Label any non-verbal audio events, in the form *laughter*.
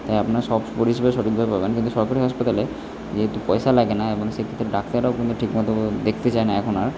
তাই আপনার সব পরিষেবাই সঠিকভাবে পাবেন কিন্তু সরকারি হাসপাতালে যেহেতু পয়সা লাগে না এবং সেই ক্ষেত্রে ডাক্তাররাও *unintelligible* কিন্তু ঠিক মতোভাবে দেখতে চায় না এখন আর